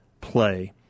play